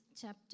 chapter